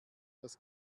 das